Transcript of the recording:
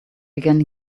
began